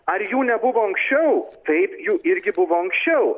ar jų nebuvo anksčiau taip jų irgi buvo anksčiau